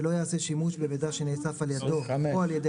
ולא יעשה שימוש במידע שנאסף על ידו או על ידי